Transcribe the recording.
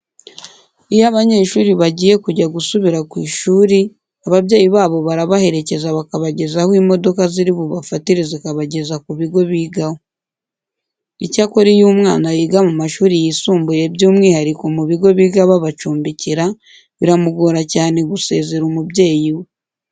Iyo abanyeshuri bagiye kujya gusubira ku ishuri ababyeyi babo barabaherekeza bakabageza aho imodoka ziri bubafatire zikabageza ku bigo bigaho. Icyakora iyo umwana yiga mu mashuri yisumbuye by'umwihariko mu bigo biga babacumbikira, biramugora cyane gusezera umubyeyi we.